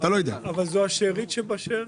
אבל זו השארית שבשארית.